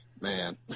man